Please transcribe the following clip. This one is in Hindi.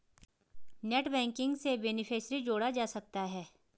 नेटबैंकिंग से बेनेफिसियरी जोड़ा जा सकता है